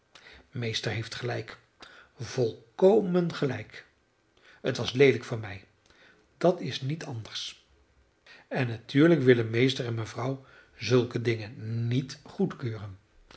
meester heeft gelijk volkomen gelijk het was leelijk van mij dat is niet anders en natuurlijk willen meester en mevrouw zulke dingen niet goedkeuren